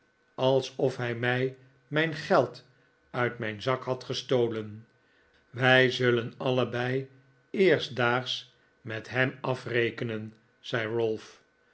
alsof hij mij mijn geld uit mijn zak had gestolen wij zullen allebei eerstdaags met hem afrekenen zei